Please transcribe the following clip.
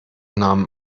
nahm